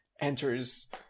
enters